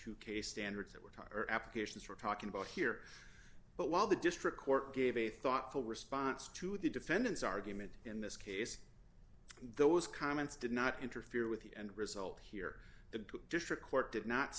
case standards that were taught or applications we're talking about here but while the district court gave a thoughtful response to the defendant's argument in this case those comments did not interfere with the end result here the district court did not